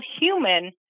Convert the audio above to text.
human